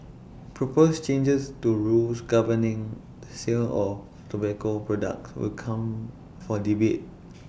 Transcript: proposed changes to rules governing the sale of tobacco products will come for debate